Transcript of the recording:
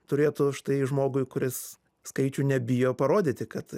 turėtų štai žmogui kuris skaičių nebijo parodyti kad